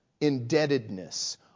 indebtedness